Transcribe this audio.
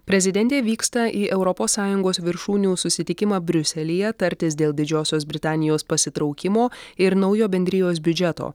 prezidentė vyksta į europos sąjungos viršūnių susitikimą briuselyje tartis dėl didžiosios britanijos pasitraukimo ir naujo bendrijos biudžeto